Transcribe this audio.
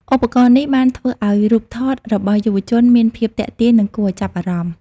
ឧបករណ៍នេះបានធ្វើឱ្យរូបថតរបស់យុវជនមានភាពទាក់ទាញនិងគួរឱ្យចាប់អារម្មណ៍។